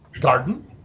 Garden